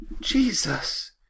Jesus